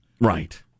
Right